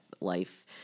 life